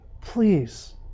please